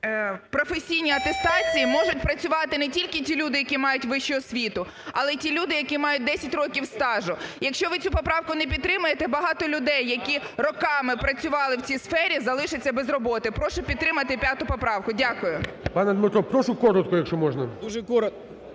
в професійній атестації можуть працювати не тільки ті люди, які мають вищу освіту, але ті люди, які мають 10 років стажу. Якщо ви цю поправку не підтримаєте багато людей, які роками працювати в цій сфері залишаться без роботи. Прошу підтримати п'яту поправку. Дякую. ГОЛОВУЮЧИЙ. Пане Дмитре, прошу коротко, якщо можна. 16:55:13